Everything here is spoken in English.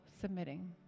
submitting